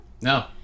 No